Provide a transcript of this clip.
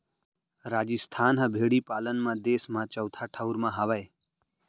राजिस्थान ह भेड़ी पालन म देस म चउथा ठउर म हावय